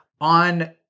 on